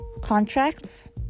contracts